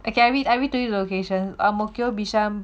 I read I read to you the locations ang mo kio bishan